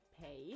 pay